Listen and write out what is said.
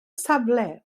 safle